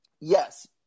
yes